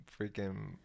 freaking